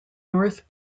north